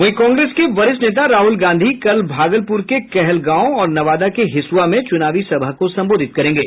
वहीं कांग्रेस के वरिष्ठ नेता राहुल गांधी कल भागलपुर के कहलगांव और नवादा के हिसुआ में चुनावी सभा को संबोधित करेंगे